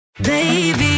Baby